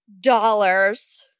dollars